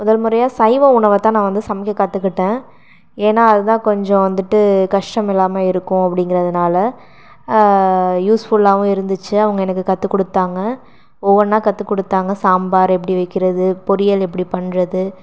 முதல் முறையாக சைவ உணவை தான் நான் வந்து சமைக்கக் கற்றுக்கிட்டேன் ஏன்னால் அதுதான் கொஞ்சம் வந்துட்டு கஷ்டம் இல்லாமல் இருக்கும் அப்படிங்கிறதுனால யூஸ்ஃபுல்லாகவும் இருந்துச்சு அவங்க எனக்கு கற்றுக் கொடுத்தாங்க ஒவ்வொன்றா கற்றுக் கொடுத்தாங்க சாம்பார் எப்படி வைக்கிறது பொரியல் எப்படி பண்ணுறது